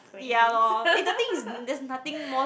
ya lor eh the thing is there's nothing more